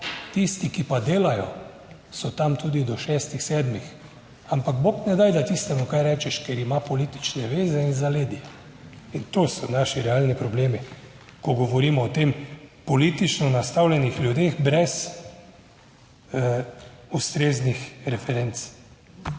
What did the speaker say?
Tisti, ki pa delajo so tam tudi do šestih, sedmih. Ampak bog ne daj, da tistemu kaj rečeš, ker ima politične veze in zaledje in to so naši realni problemi. Ko govorimo o tem politično nastavljenih ljudeh brez ustreznih referenc